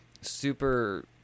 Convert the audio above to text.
super